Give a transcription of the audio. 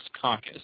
caucus